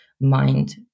mind